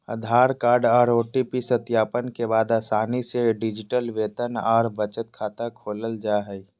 आधार card आर OTP सत्यापन के बाद आसानी से डिजिटल वेतन आर बचत खाता खोलल जा हय